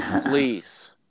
Please